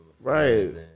Right